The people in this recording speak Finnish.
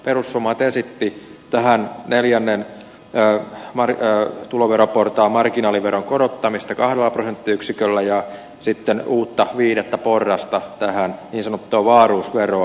perussuomalaiset esitti tähän neljännen tuloveroportaan marginaaliveron korottamista kahdella prosenttiyksiköllä ja sitten uutta viidettä porrasta niin sanottua wahlroos veroa